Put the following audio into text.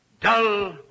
dull